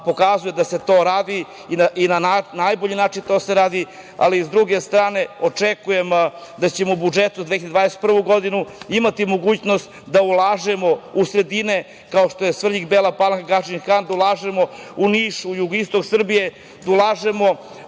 pokazuje da se to radi i na najbolji način to se radi, ali sa druge strane očekujem da ćemo budžetom za 2021. godinu imati mogućnost da ulažemo u sredine kao što je Svrljig, Bela Palanka, Gadžin Han, da ulažemo u Niš, u jugoistok Srbije, da ulažemo